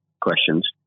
questions